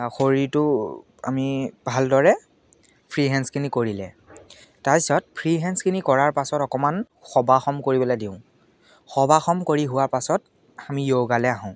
শৰীৰটো আমি ভালদৰে ফ্ৰী হেণ্ডছখিনি কৰিলে তাৰপিছত ফ্ৰী হেণ্ডছখিনি কৰাৰ পাছত অকমান শৱাসম কৰিবলৈ দিওঁ শৱাসম কৰি হোৱাৰ পাছত আমি যোগালৈ আহোঁ